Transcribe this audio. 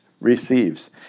receives